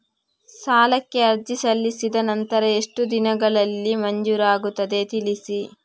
ಸಾಲಕ್ಕೆ ಅರ್ಜಿ ಸಲ್ಲಿಸಿದ ನಂತರ ಎಷ್ಟು ದಿನಗಳಲ್ಲಿ ಮಂಜೂರಾಗುತ್ತದೆ ತಿಳಿಸಿ?